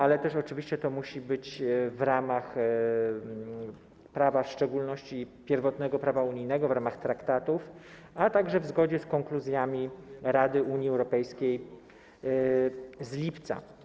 Ale też oczywiście musi to być w ramach prawa, w szczególności pierwotnego prawa unijnego, w ramach traktatów, a także w zgodzie z konkluzjami Rady Unii Europejskiej z lipca.